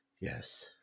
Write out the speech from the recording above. Yes